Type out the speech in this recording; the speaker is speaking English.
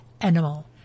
animal